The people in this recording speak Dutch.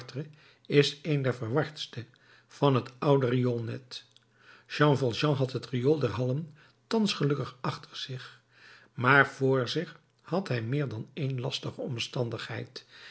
is een der verwardste van het oude rioolnet jean valjean had het riool der hallen thans gelukkig achter zich maar vr zich had hij meer dan ééne lastige omstandigheid